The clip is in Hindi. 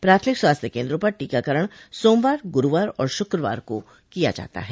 प्राथमिक स्वास्थ्य केन्द्रों पर टीकाकरण सोमवार गुरूवार और शुकवार को किया जाता है